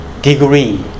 degree